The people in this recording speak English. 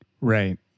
Right